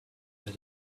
that